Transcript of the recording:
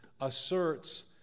asserts